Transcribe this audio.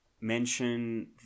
mention